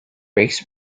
brakes